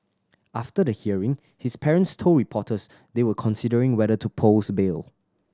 after the hearing his parents told reporters they were considering whether to post bail